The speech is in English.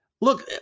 look